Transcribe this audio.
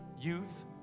youth